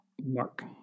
mark